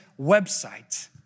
website